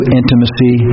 intimacy